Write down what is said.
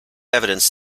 evidence